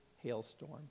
Hailstorm